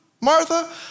Martha